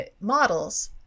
models